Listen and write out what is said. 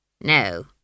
No